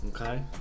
okay